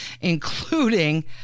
including